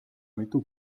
mitu